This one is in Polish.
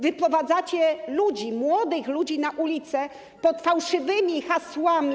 Wyprowadzacie ludzi, młodych ludzi na ulice, pod fałszywymi hasłami.